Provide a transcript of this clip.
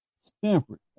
Stanford